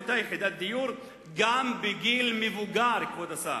יתגורר באותה יחידת דיור גם בגיל מבוגר, כבוד השר.